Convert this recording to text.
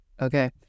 Okay